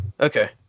okay